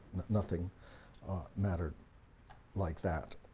nothing mattered like that.